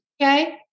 Okay